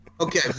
Okay